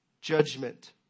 judgment